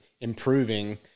improving